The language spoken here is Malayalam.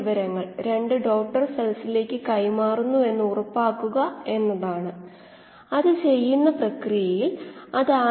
ഇനി സിസ്റ്റത്തിലുള്ള സബ്സ്ട്രേറ്റിൽ ഒരു മാസ് ബാലൻസ് ചെയ്യാം മൊത്തം ബാലൻസ്